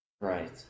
right